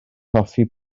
hoffi